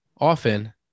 often